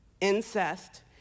incest